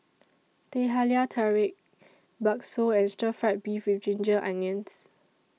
Teh Halia Tarik Bakso and Stir Fried Beef with Ginger Onions